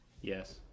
Yes